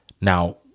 Now